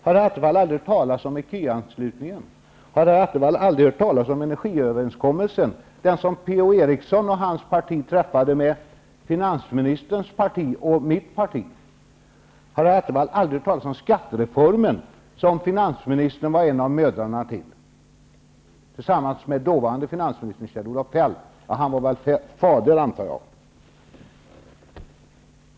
Har Attefall aldrig hört talas om ecu-anslutningen? Har Attefall aldrig hört talas om energiöverenskommelsen, som Per-Ola Eriksson och hans parti träffade med finansministerns parti och mitt parti? Har Attefall aldrig hört talas om skattereformen? Finansministern var en av mödrarna till den, tillsammans med dåvarande finansministern Kjell-Olof Feldt -- jag antar att han var fadern.